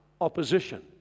opposition